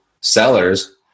sellers